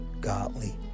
godly